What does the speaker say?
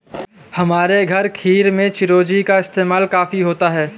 हमारे घर खीर में चिरौंजी का इस्तेमाल काफी होता है